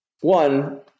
one